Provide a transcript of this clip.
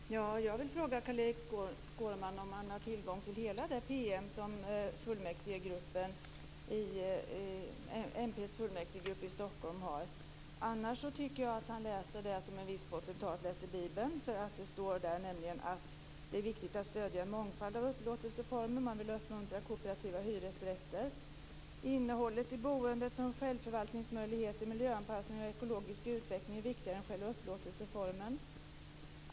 Fru talman! Jag vill fråga Carl-Erik Skårman om han har tillgång till hela detta PM från mp:s fullmäktigegrupp i Stockholm. Annars tycker jag att han läser det här som en viss potentat läser Bibeln. Det står nämligen i PM:et att det är viktigt att stödja en mångfald av upplåtelseformer. Man vill uppmuntra kooperativa hyresrätter. Innehållet i boendet, som självförvaltningsmöjligheter, miljöanpassning och ekologisk utveckling, är viktigare än själva upplåtelseformen.